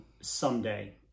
Someday